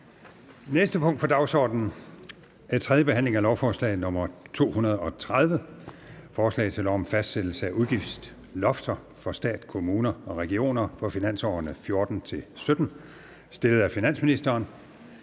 næste punkt på dagsordenen er: 2) 3. behandling af lovforslag nr. L 230: Forslag til lov om fastsættelse af udgiftslofter for stat, kommuner og regioner for finansårene 2014-2017. Af finansministeren